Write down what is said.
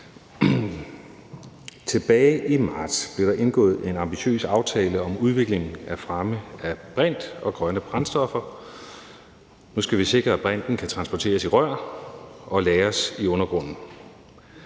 Tilbage i marts blev der indgået en ambitiøs aftale om udvikling af fremme af brint og grønne brændstoffer. Nu skal vi sikre, at brinten kan transporteres i rør og lagres i undergrunden.